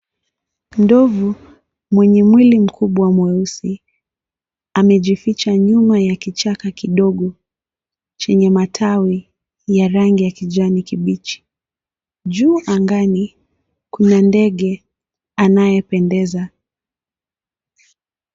Ndovu mwenye mwili mkubwa mweusi amejificha nyuma ya kichaka kidogo chenye matawi ya rangi ya kijani kibichi. Juu anagani kuna ndege anayependeza.